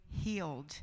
healed